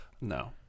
No